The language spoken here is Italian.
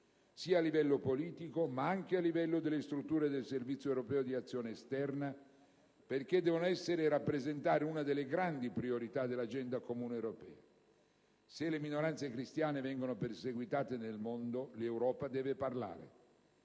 sia a livello politico sia da parte delle strutture del Servizio europeo di azione esterna e che esso debba rappresentare una delle grandi priorità dell'agenda comune europea. Se le minoranze cristiane vengono perseguitate nel mondo, l'Europa deve parlare.